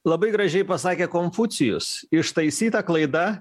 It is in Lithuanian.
labai gražiai pasakė konfucijus ištaisyta klaida